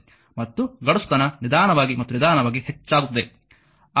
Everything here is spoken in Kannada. ಮತ್ತು ಗಡಸುತನ ನಿಧಾನವಾಗಿ ಮತ್ತು ನಿಧಾನವಾಗಿ ಹೆಚ್ಚಾಗುತ್ತದೆ